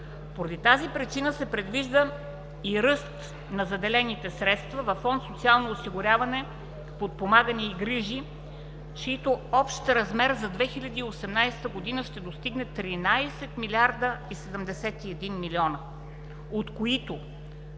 Поради тази причини се предвижда и ръст на заделените средства във фонд „Социално осигуряване, подпомагане и грижи“, чийто общ размер за 2018 г. ще достигне 13 млрд. 71 млн. лв., от които